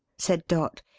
said dot.